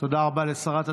תודה רבה לשרת התחבורה.